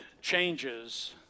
changes